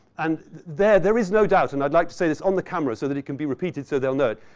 and there there is no doubt, and i'd like to say this on the camera so that it can be repeated so they'll know it,